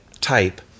type